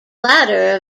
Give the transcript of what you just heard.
latter